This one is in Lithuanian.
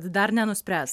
dar nenuspręs